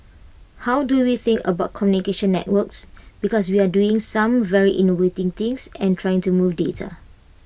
how do we think about communication networks because we are doing some very innovative things and trying to move data